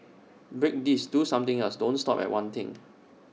break this do something else don't stop at one thing